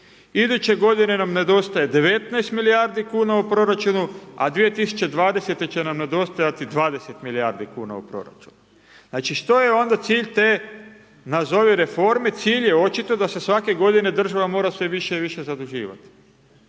iduće g. nam nedostaje 19 milijardi kn u proračunu, a 2020. će nam nedostajati 20 milijardi kn u proračunu. Znači što je onda cilj te nazove reforme? Cilj je očito da se svake g. država mora sve više i više zaduživati.